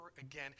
again